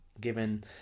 given